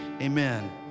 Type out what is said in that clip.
Amen